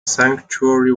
sanctuary